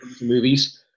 movies